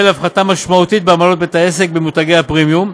להפחתה ניכרת בעמלות בית העסק במותגי הפרמיום,